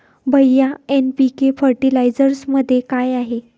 भैय्या एन.पी.के फर्टिलायझरमध्ये काय आहे?